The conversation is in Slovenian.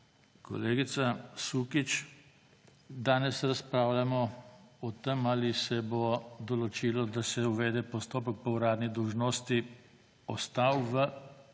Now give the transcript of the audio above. Kolegica Sukič, danes razpravljamo o tem, ali bo določilo, da se uvede postopek po uradni dolžnosti, ostalo v